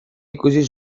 ikusi